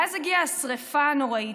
ואז הגיעה השרפה הנוראית,